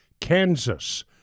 Kansas